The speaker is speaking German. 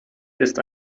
ist